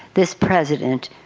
this president